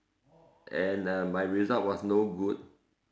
and uh my result was no good